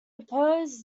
opposed